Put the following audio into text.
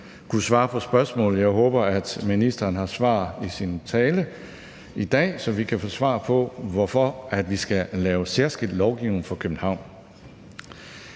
kunne svare på spørgsmålet. Jeg håber, at ministeren har svar i sin tale i dag, så vi kan få svar på, hvorfor vi skal lave særskilt lovgivning for København.